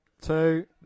Two